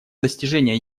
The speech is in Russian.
достижения